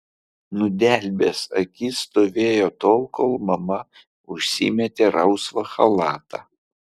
nudelbęs akis stovėjo tol kol mama užsimetė rausvą chalatą